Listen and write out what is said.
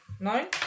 Nine